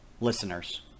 listeners